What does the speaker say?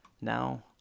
Now